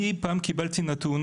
אני פעם קיבלתי נתון,